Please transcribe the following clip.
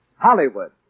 Hollywood